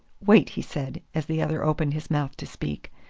wait, he said, as the other opened his mouth to speak.